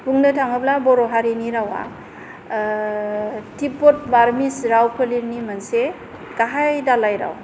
बुंनो थाङोब्ला बर' हारिनि रावा तिब्बत बार्मिस राव फोलेरनि मोनसे गाहाय दालाय राव